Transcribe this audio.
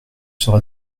sera